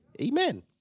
Amen